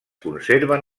conserven